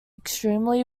extremely